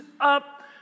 up